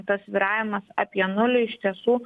tas svyravimas apie nulį iš tiesų